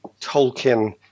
Tolkien